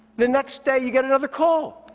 the next day, you get another call.